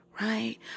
right